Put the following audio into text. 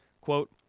Quote